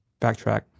backtrack